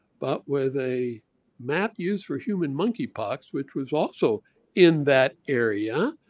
but with a map used for human monkey pox, which was also in that area.